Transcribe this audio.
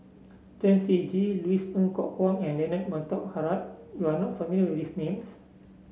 Chen Shiji Louis Ng Kok Kwang and Leonard Montague Harrod you are not familiar with these names